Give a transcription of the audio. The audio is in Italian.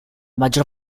maggior